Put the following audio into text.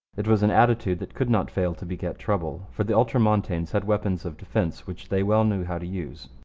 it was an attitude that could not fail to beget trouble, for the ultramontanes had weapons of defence which they well knew how to use.